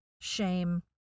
shame